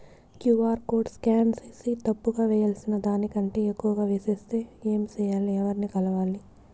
QR code scan సేసి తప్పు గా వేయాల్సిన దానికంటే ఎక్కువగా వేసెస్తే ఏమి సెయ్యాలి? ఎవర్ని కలవాలి?